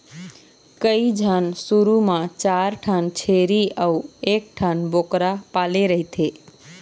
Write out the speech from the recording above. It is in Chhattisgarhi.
कइझन शुरू म चार ठन छेरी अउ एकठन बोकरा पाले रहिथे